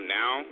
now